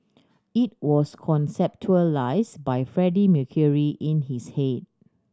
it was by Freddie Mercury in his head